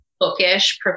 bookish